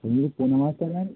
পনেরো পনেরো হাজার টাকায়